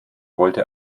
wollte